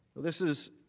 this is